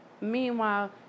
Meanwhile